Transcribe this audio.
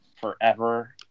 forever